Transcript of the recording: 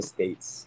States